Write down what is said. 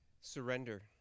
Surrender